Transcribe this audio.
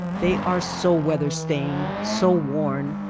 they are so weather-stained, so worn,